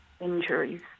injuries